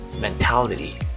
mentality